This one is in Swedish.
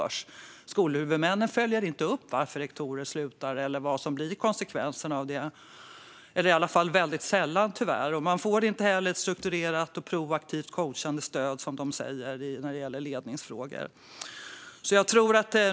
Skolhuvudmännen följer väldigt sällan upp varför rektorer slutar eller vad som blir konsekvensen av det. Man får inte heller ett strukturerat och proaktivt coachande stöd, som de säger när det gäller ledningsfrågor.